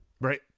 Right